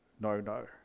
no-no